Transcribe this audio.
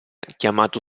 chiamato